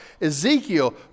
Ezekiel